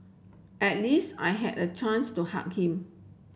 at least I had a chance to hug him